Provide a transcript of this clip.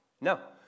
No